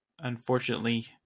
unfortunately